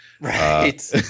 Right